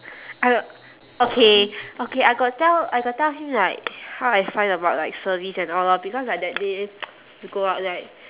I okay okay I got tell I got tell him like how I find about like service and all lor because like that day we go out like